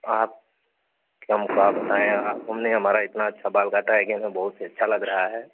आप कि हम का बताएँ आप हमने हमारा इतना अच्छा बाल काटा है कि हमें बहुत ही अच्छा लग रहा है